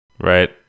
right